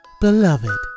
Beloved